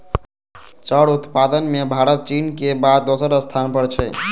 चाउर उत्पादन मे भारत चीनक बाद दोसर स्थान पर छै